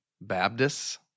Baptists